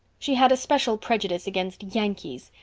she had a special prejudice against yankees.